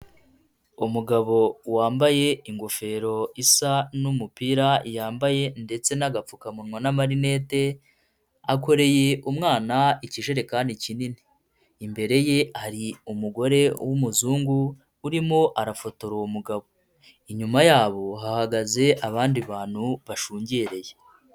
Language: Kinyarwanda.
Umugabo wambaye ingofero isa n'umupira yambaye ndetse n'agapfukamunwa n'amarinete, akoreye umwana ikijerekani kinini, imbere ye hari umugore w'umuzungu urimo arafotora uwo mugabo, inyuma yabo hahagaze abandi bantu bashungereye.